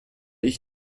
ich